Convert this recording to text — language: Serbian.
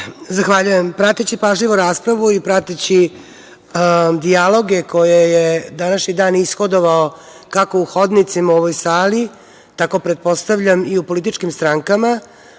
Zahvaljujem. Prateći pažljivo raspravu i prateći dijaloge koje je današnji dan ishodovao, kako u hodnicima, u ovoj sali, tako pretpostavljam i u političkim strankama,